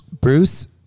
Bruce